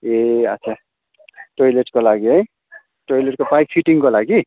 ए अच्छा टोइलेटको लागि है टोइलेटको पाइप फिटिङको लागि